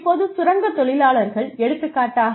இப்போது சுரங்கத் தொழிலாளர்கள் எடுத்துக்காட்டாக